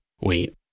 Wait